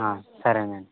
సరేనండి